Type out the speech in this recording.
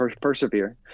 persevere